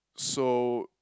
so